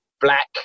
black